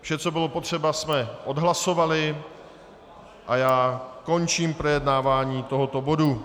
Vše, co bylo potřeba, jsme odhlasovali a já končím projednávání tohoto bodu.